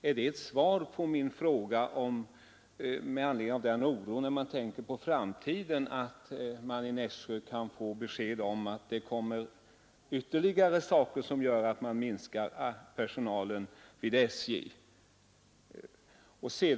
Är det ett svar på min fråga med anledning av den oro personalen känner inför framtiden att man i Nässjö kan få besked om att ytterligare omständigheter kan komma att medföra en minskning av personalen vid SJ?